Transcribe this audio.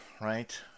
right